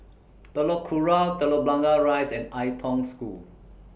Telok Kurau Telok Blangah Rise and Ai Tong School